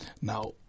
Now